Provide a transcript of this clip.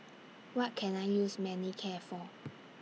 What Can I use Manicare For